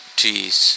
trees